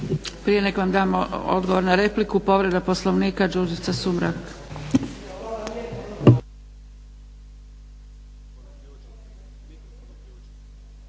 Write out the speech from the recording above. Prije nego vam dam odgovor na repliku povreda Poslovnika Đurđica Sumrak.